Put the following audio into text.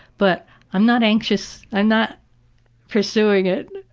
but i'm not anxious, i'm not pursuing it.